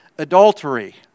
adultery